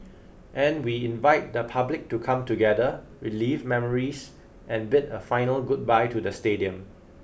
and we invite the public to come together relive memories and bid a final goodbye to the stadium